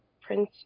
Prince